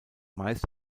meist